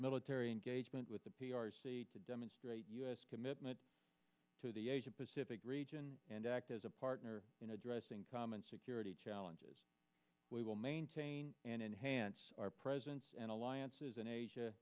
military engagement with the p r c to demonstrate u s commitment to the asia pacific region and act as a partner in addressing common security challenges we will maintain and enhance our presence and alliances in asia